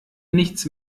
nichts